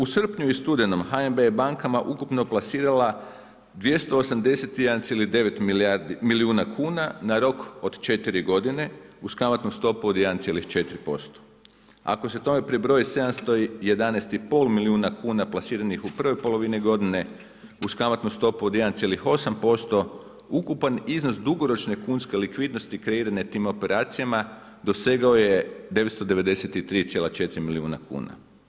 U srpnju i studenom HNB je bankama ukupno plasirala 281,9 milijuna kuna na rok od 4 godine uz kamatnu stopu od 1,4% Ako se tome pribroji 711,5 milijuna kuna plasiranih u prvoj polovini godine uz kamatnu stopu od 1,8%, ukupan iznos dugoročno kunske likvidnosti kreirane tim operacijama dosegao je 993,4 milijuna kuna.